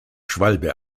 schwalbe